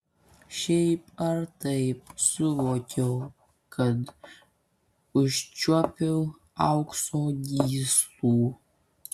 šiaip ar taip suvokiau kad užčiuopiau aukso gyslų